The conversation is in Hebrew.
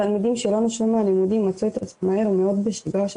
התלמידים שלא נשרו מהלימודים מצאו מהר מאוד את עצמם בשגרה של